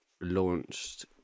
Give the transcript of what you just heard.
launched